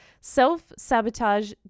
Self-sabotage